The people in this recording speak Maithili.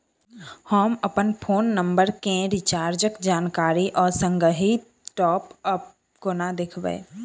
हम अप्पन फोन नम्बर केँ रिचार्जक जानकारी आ संगहि टॉप अप कोना देखबै?